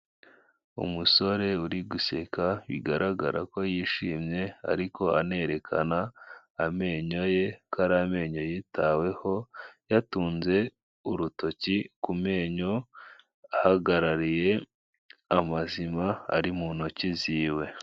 Umusore uri guseka bigaragara ko yishimye, ariko anerekana amenyo ye ko ari amenyo yitaweho yatunze urutoki ku menyo ahagarariye amazima ari mu ntoki ziwe.